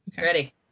Ready